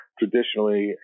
traditionally